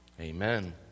Amen